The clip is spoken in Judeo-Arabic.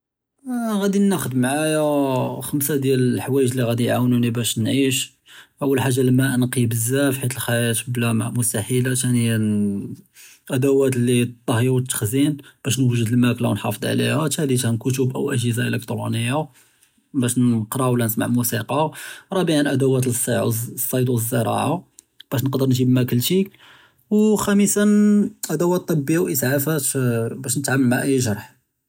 עאדי נאח׳ד מעאיא ח׳מסה דיאל אלחואיג׳ לי ראדי יעאונוני באש נעיש, אול חאג׳ה אלמא נקי בזאף חית אלחיאת בלא מא מסתחילה, תאניא אלאדואת לטהי ואלתח׳זין באש נוג׳ד אלמאכלא ונחאפד עליהא, תאלתא כתוב אאו אג׳הזה אלאכתרוניה באש נקרא ולא נסמע מוסיקא, ראבענא אדואת אלסיד ואלזראעה באש נقدر נג׳יב מאכלתי, וכ׳אמסא אדואת טביה ואסעאפות באש נתעמל מע איי ג׳רח׳.